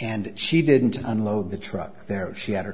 and she didn't unload the truck there she had her